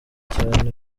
cyane